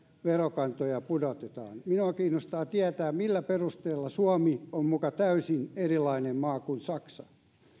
verokantoja pudotetaan minua kiinnostaa tietää millä perusteella suomi on muka täysin erilainen maa kuin saksa